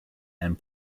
and